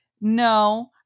no